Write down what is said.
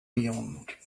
beyond